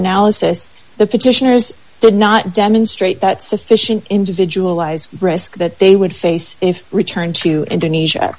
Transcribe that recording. analysis the petitioners did not demonstrate that sufficient individualized risk that they would face if returned to indonesia